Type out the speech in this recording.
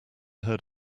heard